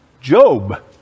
Job